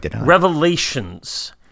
revelations